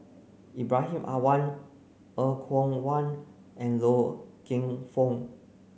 Ibrahim Awang Er Kwong Wah and Loy Keng Foo